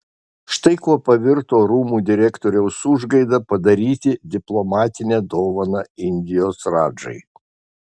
štai kuo pavirto rūmų direktoriaus užgaida padaryti diplomatinę dovaną indijos radžai